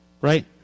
Right